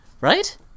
Right